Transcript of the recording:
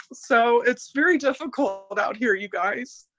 so it's very difficult but out here, you guys.